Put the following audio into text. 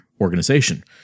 organization